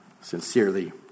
Sincerely